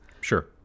Sure